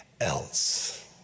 else